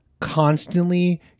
constantly